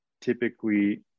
typically